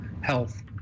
health